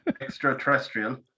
extraterrestrial